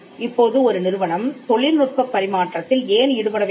இப்போது ஒரு நிறுவனம் தொழில் நுட்பப் பரிமாற்றத்தில் ஏன் ஈடுபட வேண்டும்